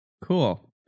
Cool